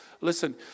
Listen